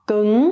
Cứng